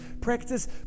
Practice